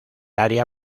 área